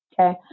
Okay